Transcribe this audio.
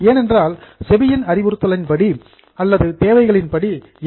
ஏனென்றால் செபியின் அறிவுறுத்தலின்படி அல்லது தேவைகளின் படி என்